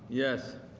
yes,